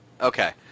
Okay